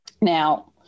now